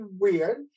weird